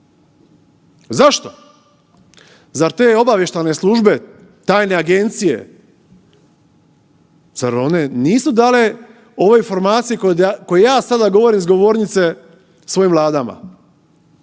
zašto? Zar te obavještajne službe, tajne agencije zar one nisu dale ove informacije koje ja sada govorim s govornice svojim vladama?